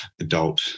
adult